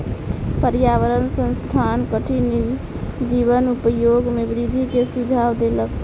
पर्यावरण संस्थान कठिनी जीवक उपयोग में वृद्धि के सुझाव देलक